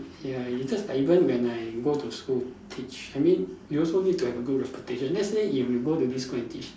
ya you just like even when I go to school teach I mean you also need to have a good reputation let's say you if you go to this school and teach